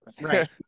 Right